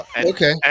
Okay